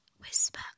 Whisper